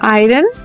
iron